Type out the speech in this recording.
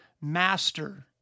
master